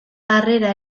harrera